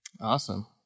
Awesome